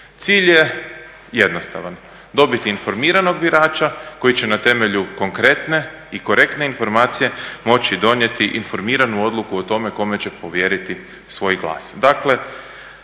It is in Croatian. Cilj je jednostavan, dobiti informiranog birača koji će na temelju konkretne i korektne informacije moći donijeti informiranu odluku o tome kome će povjeriti svoj glas. Dakle